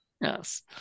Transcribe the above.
Yes